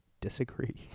disagree